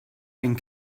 einen